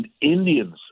Indians